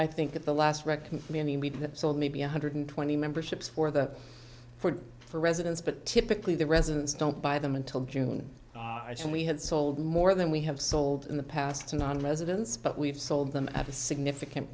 we've sold maybe a hundred twenty memberships for the for for residents but typically the residents don't buy them until june and we had sold more than we have sold in the past to nonresidents but we've sold them at a significant